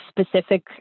specific